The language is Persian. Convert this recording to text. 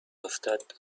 افتد